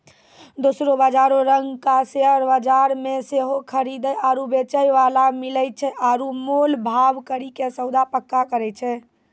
दोसरो बजारो रंगका शेयर बजार मे सेहो खरीदे आरु बेचै बाला मिलै छै आरु मोल भाव करि के सौदा पक्का करै छै